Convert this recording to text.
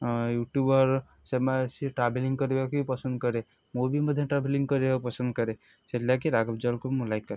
YouTuber ସେମାନେ ସିଏ travelling କରିବାକୁ ବି ପସନ୍ଦ କରେ ମୁଁ ବି ମଧ୍ୟ ଟ୍ରାଭେଲିଂ କରିବାକୁ ପସନ୍ଦ କରେ ସେଥିଲାଗି ରାଘବ୍ ଜୁୱାଲ୍କୁ ମଁ ଲାଇକ୍ କରେ